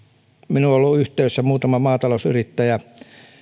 minuun on ollut yhteydessä muutama maatalousyrittäjä